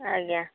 ଆଜ୍ଞା